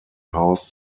housed